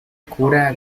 cura